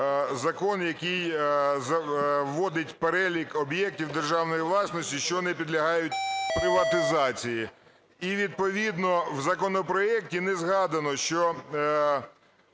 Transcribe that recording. закон, який вводить перелік об'єктів державної власності, що не підлягають приватизації. І, відповідно, в законопроекті не згадано, що